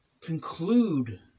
conclude